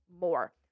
more